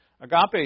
Agape